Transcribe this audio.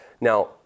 Now